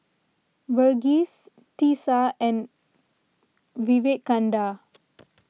Verghese Teesta and Vivekananda